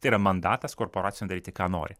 tai yra mandatas korporacijom daryt ką nori